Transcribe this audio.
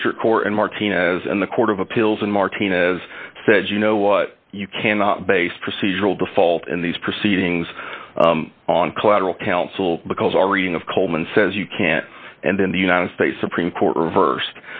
district court in martinez and the court of appeals in martinez said you know what you cannot base procedural default in these proceedings on collateral counsel because our reading of coleman says you can't and then the united states supreme court reverse